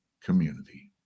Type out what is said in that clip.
community